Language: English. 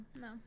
No